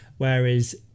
Whereas